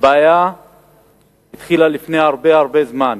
הבעיה התחילה לפני הרבה הרבה זמן,